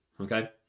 Okay